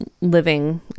living